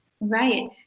Right